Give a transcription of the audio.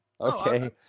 Okay